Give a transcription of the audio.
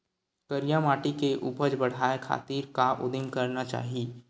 करिया माटी के उपज बढ़ाये खातिर का उदिम करना चाही?